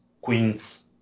queens